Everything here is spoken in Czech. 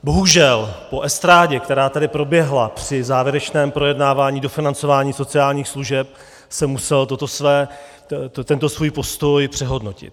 Bohužel po estrádě, která tady proběhla při závěrečném projednávání dofinancování sociálních služeb, jsem musel tento svůj postoj přehodnotit.